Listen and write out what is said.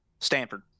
Stanford